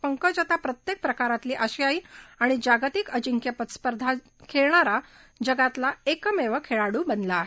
पंकज आता प्रत्येक प्रकारातली आशियाई आणि जागतिक अजिंक्यपद स्पर्धा खेळणारा जगातला एकमेव खेळाडू बनला आहे